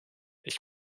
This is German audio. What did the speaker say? ich